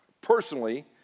personally